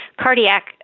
cardiac